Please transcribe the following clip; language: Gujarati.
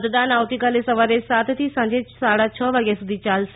મતદાન આવતીકાલે સવારે સાતથી સાંજે સાડા છ વાગ્યા સુધી યાલશે